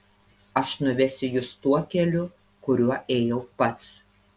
aš nuvesiu jus tuo keliu kuriuo ėjau pats